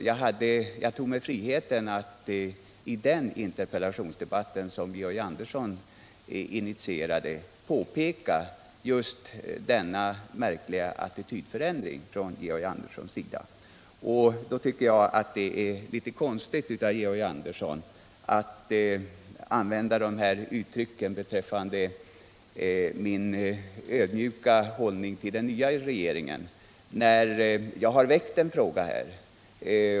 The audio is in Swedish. Jag tog mig friheten att i den interpellationsdebatt som Georg Andersson initierade påpeka just denna märkliga attitydförändring från Georg Anderssons sida. Jag tycker därför att det är litet konstigt att Georg Andersson talar om min ödmjuka hållning till den nya regeringen när jag har väckt en fråga.